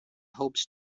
hopes